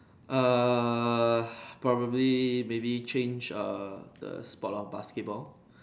err probably maybe change err the sport lor basketball